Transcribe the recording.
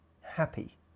happy